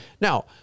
Now